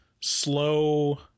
slow